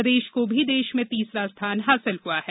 प्रदेश को भी देश में तीसरा स्थान हासिल हुआ है